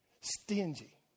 stingy